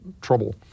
trouble